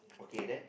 okay then